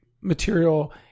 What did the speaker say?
material